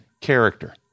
character